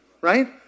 right